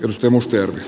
dostumustyön